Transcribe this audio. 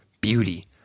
beauty